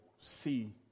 see